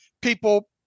people